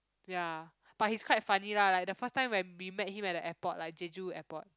ya but he's quite funny lah like the first time when we met him at the airport like jeju airport